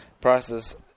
Prices